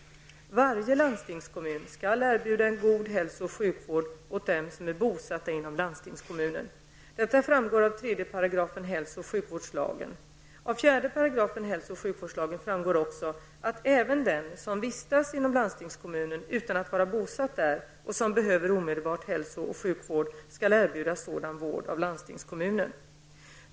Varje landstingskommun skall erbjuda en god hälso och sjukvård åt dem som är bosatta inom landstingkommunen. Detta framgår av 3 § hälso och sjukvårdslagen . Av 4 § hälso och sjukvårdslagen framgår också att även den som vistas inom landstingskommunen utan att vara bosatt där och som behöver omedelbar hälsooch sjukvård, skall erbjudas sådan vård av landstingskommunen.